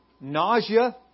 nausea